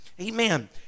Amen